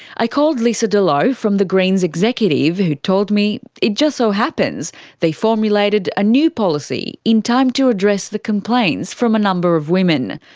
i called lesa de leau from the greens executive who told me it just so happens they formulated a new policy in time to address the complaints from a number of women.